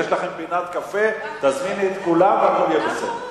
יש לכם פינת קפה, תזמיני את כולם והכול יהיה בסדר.